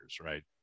right